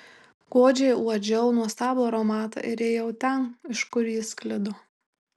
godžiai uodžiau nuostabų aromatą ir ėjau ten iš kur jis sklido